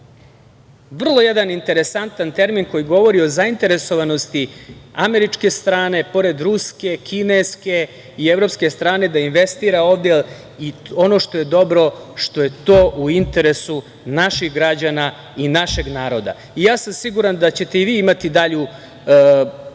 Vrlo jedan interesantan termin koji govori o zainteresovanosti američke strane, pored ruske, kineske i evropske strane da investira ovde. Ono što je dobro je to što u interesu naših građana i našeg naroda. I ja sam siguran da ćete i vi imati dalju